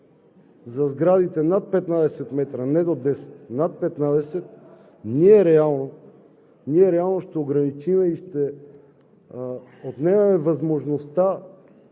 за сградите над 15 метра, а не до 10, ние реално ще ограничим и ще отнемем възможността